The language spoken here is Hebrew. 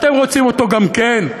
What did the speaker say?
אתם רוצים אותו גם כן?